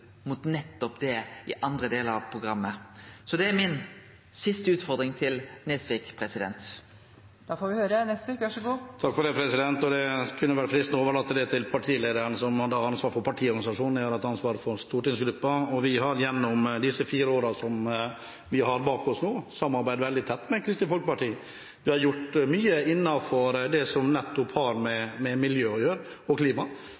mot nettopp det i andre delar av programmet? Det er mi siste utfordring til Nesvik. Det kunne være fristende å overlate det til partilederen, som har ansvar for partiorganisasjonen, jeg har hatt ansvaret for stortingsgruppen, og vi har gjennom disse fire årene som vi har bak oss nå, samarbeidet veldig tett med Kristelig Folkeparti. Vi har gjort mye innenfor det som nettopp har med miljø og klima